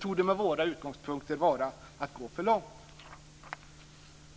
torde med våra utgångspunkter vara att gå för långt.